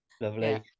Lovely